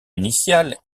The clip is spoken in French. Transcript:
initiale